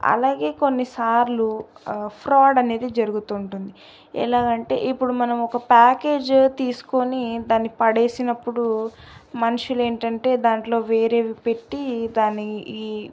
అలాగే కొన్నిసార్లు ఫ్రాడ్ అనేది జరుగుతుంటుంది ఎలాగ అంటే ఇప్పుడు మనం ఒక ప్యాకేజ్ తీసుకొని దాన్ని పడేసినప్పుడు మనుషులు ఏంటంటే దాంట్లో వేరేవి పెట్టి దాని ఈ